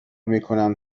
میکنم